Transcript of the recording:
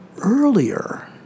earlier